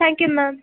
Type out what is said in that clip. thank you ma'am